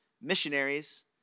missionaries